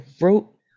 wrote